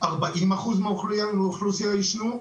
40 אחוזים מהאוכלוסייה עישנו,